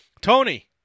Tony